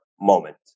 moment